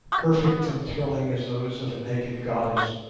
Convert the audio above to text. perfect and thrilling as those of a naked goddess,